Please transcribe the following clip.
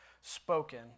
spoken